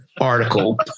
article